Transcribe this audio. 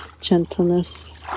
gentleness